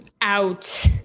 out